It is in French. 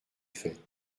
faite